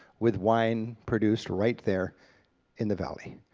with wine produced right there in the valley.